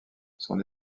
son